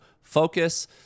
focus